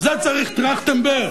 זה צריך טרכטנברג?